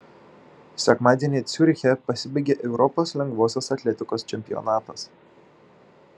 sekmadienį ciuriche pasibaigė europos lengvosios atletikos čempionatas